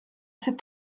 c’est